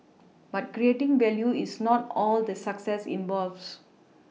but creating value is not all that success involves